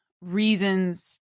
reasons